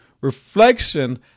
Reflection